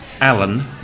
Alan